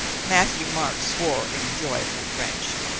matthieu-marc swore in joyful french.